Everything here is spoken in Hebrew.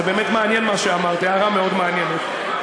זה באמת מעניין מה שאמרת, הערה מעניינת מאוד.